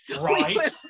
right